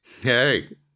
hey